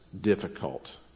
difficult